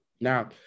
Now